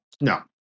No